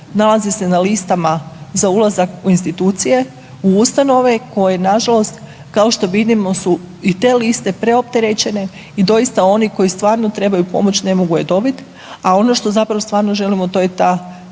nalaze se na listama za ulazak u institucije, u ustanove, koje nažalost, kao što vidimo i te liste preopterećene i doista oni koji stvarno trebaju pomoć ne mogu je dobiti, a ono što zapravo stvarno želimo, to je ta